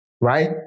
Right